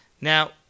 Now